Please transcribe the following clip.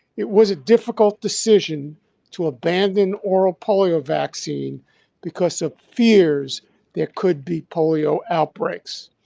it was a difficult decision to abandon oral polio vaccine because of fears there could be polio outbreaks,